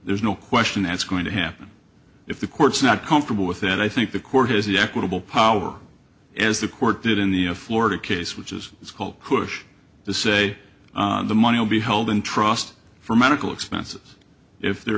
there's no question that's going to happen if the court's not comfortable with that i think the court has the equitable power as the court did in the florida case which is it's called push to say the money will be held in trust for medical expenses if there